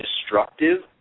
destructive